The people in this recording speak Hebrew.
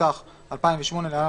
התשס"ח 2008 (להלן,